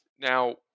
Now